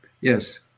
Yes